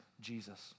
Jesus